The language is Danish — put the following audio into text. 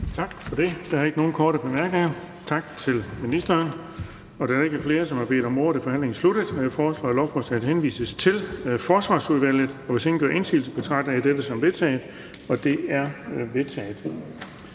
Tak for det. Der er ikke nogen korte bemærkninger. Tak til ministeren. Da der ikke er flere, der har bedt om ordet, er forhandlingen sluttet. Jeg foreslår, at lovforslaget henvises til Forsvarsudvalget, og hvis ingen gør indsigelse, betragter jeg det som vedtaget. Det er vedtaget.